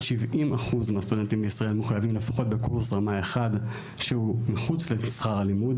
70% מהסטודנטים בישראל מחויבים לפחות בקורס רמה 1 שהוא מחוץ לשכר הלימוד,